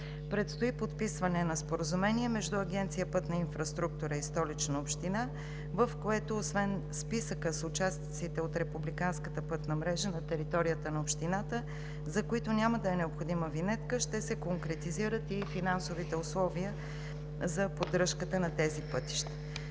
Предстои подписване на споразумение между Агенция „Пътна инфраструктура“ и Столична община, в което освен списъка с участниците от републиканската пътна мрежа на територията на общината, за които няма да е необходима винетка, ще се конкретизират и финансовите условия за поддръжката на тези пътища.